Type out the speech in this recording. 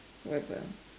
whatever